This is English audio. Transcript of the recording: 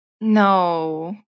No